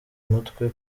mutwe